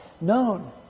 known